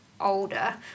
older